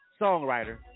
Songwriter